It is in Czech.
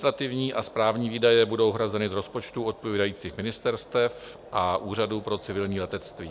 Administrativní a správní výdaje budou hrazeny z rozpočtu odpovídajících ministerstev a Úřadu pro civilní letectví.